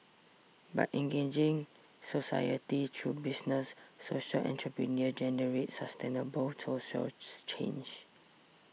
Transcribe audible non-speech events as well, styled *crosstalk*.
by engaging society through business social entrepreneurs generate sustainable social *unintelligible* change